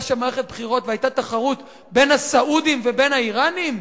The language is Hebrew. שם מערכת בחירות והיתה תחרות בין הסעודים ובין האירנים?